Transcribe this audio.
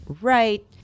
right